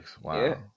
Wow